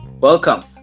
Welcome